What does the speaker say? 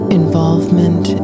involvement